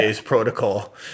protocol